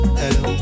hello